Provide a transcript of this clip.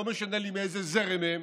לא משנה לי מאיזה זרם הם,